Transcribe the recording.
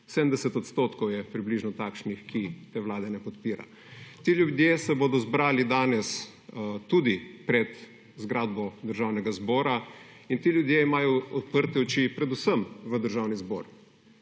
70 % je približno takšnih, ki te vlade ne podpira. Ti ljudje se bodo zbrali danes tudi pred zgradbo Državnega zbora in ti ljudje imajo uprte oči predvsem v Državni zbor.